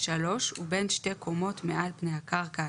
הוא בן שתי קומות מעל פני הקרקע,